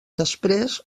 després